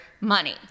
money